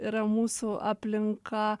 yra mūsų aplinka